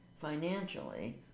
financially